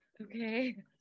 Okay